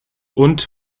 und